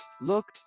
Look